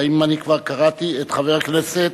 האם אני כבר קראתי את חבר הכנסת,